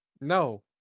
No